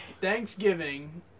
Thanksgiving